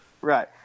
Right